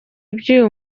ibyo